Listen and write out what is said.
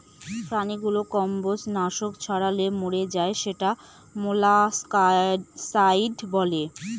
প্রাণীগুলো কম্বজ নাশক ছড়ালে মরে যায় সেটা মোলাস্কাসাইড